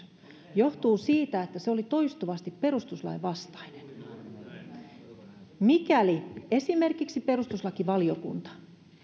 johtuu siitä että se oli toistuvasti perustuslain vastainen mikäli esimerkiksi perustuslakivaliokunta